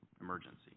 emergency